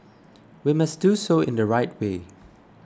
we must do so in the right way